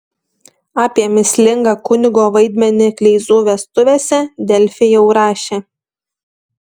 apie mįslingą kunigo vaidmenį kleizų vestuvėse delfi jau rašė